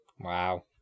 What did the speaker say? Wow